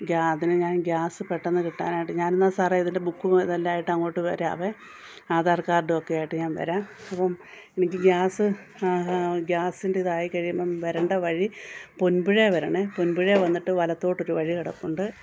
ഗ്യാ അതിനു ഞാൻ ഗ്യാസ് പെട്ടെന്നു കിട്ടാനായിട്ട് ഞാനെന്നാ സാറെ ഇതിൻ്റെ ബുക്കും ഇതെല്ലാമായിട്ട് അങ്ങോട്ടു വരാമേ ആധാർ കാർഡുമൊക്കെ ആയിട്ടു ഞാൻ വരാം അപ്പം എനിക്ക് ഗ്യാസ് ഗ്യാസിൻ്റെ ഇതായിക്കഴിയുമ്പം വരേണ്ട വഴി പൊൻപുഴേ വരണേ പൊൻപുഴേ വന്നിട്ടു വലത്തോട്ടൊരു വഴി കിടപ്പുണ്ട്